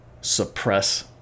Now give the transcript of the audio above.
suppress